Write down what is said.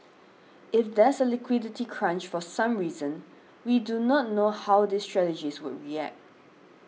if there's a liquidity crunch for some reason we do not know how these strategies would react